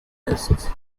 disks